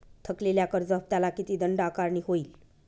थकलेल्या कर्ज हफ्त्याला किती दंड आकारणी होईल?